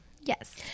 Yes